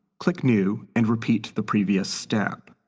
click new, and repeat the previous step.